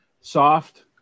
soft